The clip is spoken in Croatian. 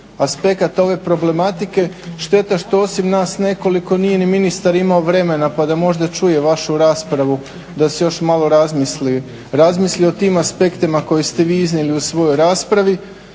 aspekata ove problematike, šteta što osim nas nekoliko, nije ni ministar imao vremena pa da možda čuje vašu raspravu, da si još malo razmisli o tim aspektima koje ste vi iznijeli u svojoj raspravi